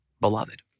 beloved